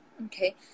Okay